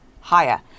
higher